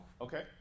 Okay